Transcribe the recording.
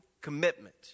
commitment